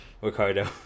Ricardo